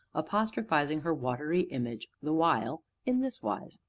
apostrophizing her watery image the while, in this wise